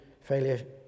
Failure